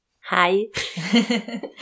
Hi